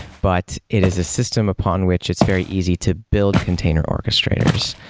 but it is a system upon which it's very easy to build container orchestrators.